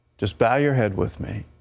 just bow your head with me.